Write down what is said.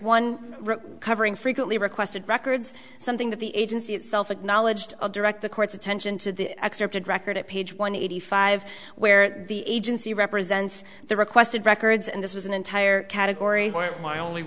one covering frequently requested records something that the agency itself acknowledged a direct the court's attention to the accepted record at page one eighty five where the agency represents the requested records and this was an entire category